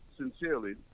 sincerely